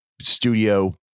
studio